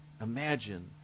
imagine